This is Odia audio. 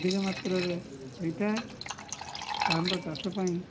ଅଧିକ ମାତ୍ରାରେ ହୋଇଥାଏ ଆମର ଚାଷ ପାଇଁ